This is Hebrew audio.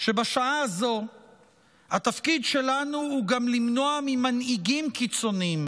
שבשעה הזאת התפקיד שלנו הוא גם למנוע ממנהיגים קיצוניים